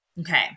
Okay